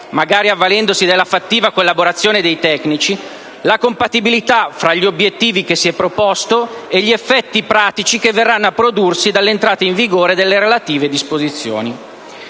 (magari avvalendosi della fattiva collaborazione di tecnici), la compatibilità fra gli obbiettivi che si è proposto e gli effetti pratici che verranno a prodursi dall'entrata in vigore delle relative disposizioni;